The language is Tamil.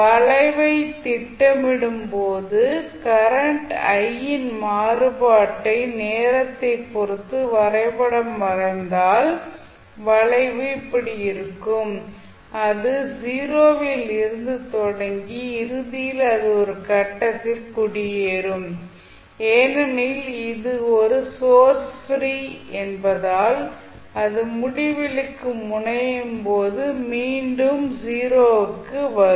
வளைவைப் திட்டமிடும் போது கரண்ட் i யின் மாறுபாட்டை நேரத்தை பொறுத்து வரைபடம் வரைந்தால் வளைவு இப்படி இருக்கும் அது 0 இல் இருந்து தொடங்கி இறுதியில் அது ஒரு கட்டத்தில் குடியேறும் ஏனெனில் இது ஒரு சோர்ஸ் ப்ரீ என்பதால் அது முடிவிலிக்கு முனையும் போது மீண்டும் 0 க்கு வரும்